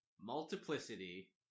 Multiplicity